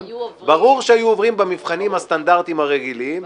ברור שהיו עוברים במבחנים הסטנדרטיים הרגילים.